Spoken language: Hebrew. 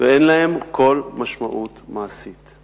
ואין להם כל משמעות מעשית.